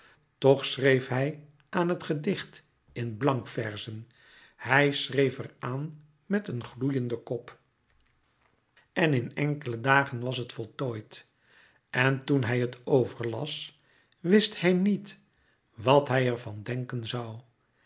toch schreef hij aan het gedicht in blankverzen hij schreef er aan met een gloeienden kop en in enkele dagen was het voltooid en toen hij het overlas wist hij niet wat hij er van denken zoû